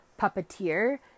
puppeteer